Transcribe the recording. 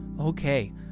Okay